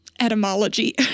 etymology